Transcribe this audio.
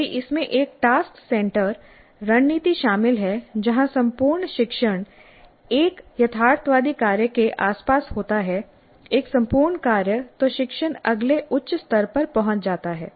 यदि इसमें एक टास्क सेंटर रणनीति शामिल है जहां संपूर्ण शिक्षण एक यथार्थवादी कार्य के आसपास होता है एक संपूर्ण कार्य तो शिक्षण अगले उच्च स्तर पर पहुंच जाता है